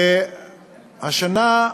השנה,